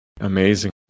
Amazing